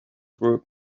group